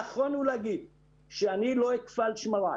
נכון לומר שאני לא אקפא את השמרים.